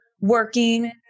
working